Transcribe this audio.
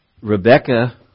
Rebecca